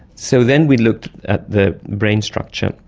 so then we looked at the brain structure,